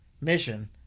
mission